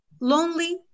lonely